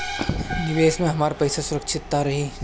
निवेश में हमार पईसा सुरक्षित त रही?